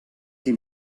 qui